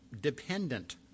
dependent